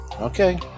okay